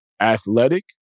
athletic